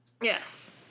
Yes